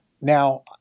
Now